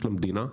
של המדינה.